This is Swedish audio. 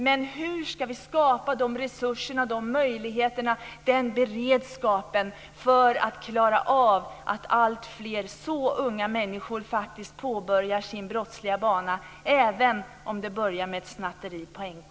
Men hur ska vi skapa de resurserna, de möjligheterna, den beredskapen för att klara av att alltfler så unga människor faktiskt påbörjar sin brottsliga bana även om det börjar med ett snatteri på NK?